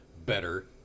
better